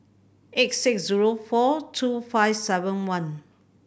eight six zero four two five seven one